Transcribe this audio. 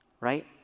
right